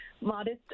modest